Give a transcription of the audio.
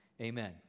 amen